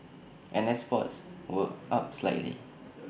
and exports were up slightly